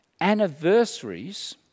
anniversaries